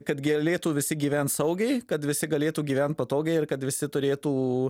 kad galėtų visi gyvent saugiai kad visi galėtų gyvent patogiai ir kad visi turėtų